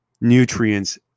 nutrients